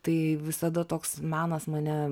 tai visada toks menas mane